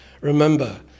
Remember